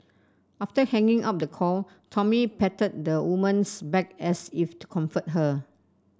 after hanging up the call Tommy patted the woman's back as if to comfort her